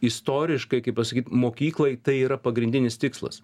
istoriškai kaip pasakyt mokyklai tai yra pagrindinis tikslas